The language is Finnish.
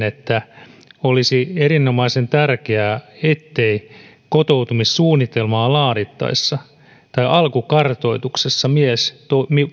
että olisi erinomaisen tärkeää ettei kotoutumissuunnitelmaa laadittaessa tai alkukartoituksessa miespuoliso